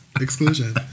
exclusion